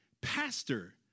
Pastor